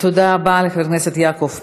תודה רבה לחבר הכנסת יעקב פרי.